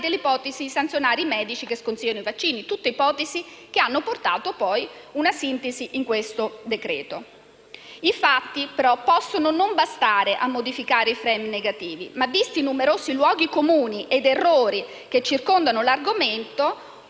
dell'ipotesi di sanzionare i medici che sconsigliano i vaccini; tutte ipotesi che hanno portato, poi, a una sintesi nel decreto-legge in esame. I fatti, però, possono non bastare a modificare i *frames* negativi ma, visti i numerosi luoghi comuni ed errori che circondano l'argomento,